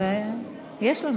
יש לנו